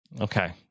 Okay